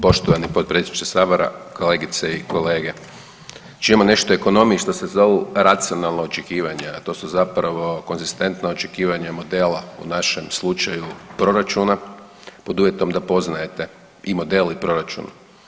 Poštovani potpredsjedniče sabora, kolegice i kolege, čujemo nešto o ekonomiji što se zovu racionalna očekivanja, a to su zapravo konzistentna očekivanja modela u našem slučaju proračuna pod uvjetom da poznajete i model i proračun.